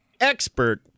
expert